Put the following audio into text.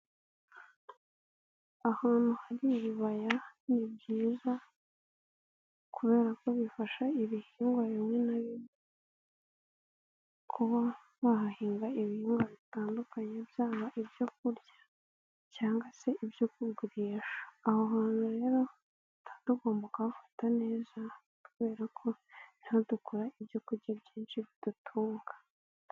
Ahantu hari ibibaya ni byiza kubera ko bifasha ibihingwa bimwe na bimwe kuba wahahinga ibihingwa bitandukanye byaba ibyo kurya cyangwa se ibyo kugurisha. Aho hantu rero tuba tugomba kuhafata neza kubera ko niho dukura ibyo kurya byinshi bidutunga.